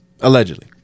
Allegedly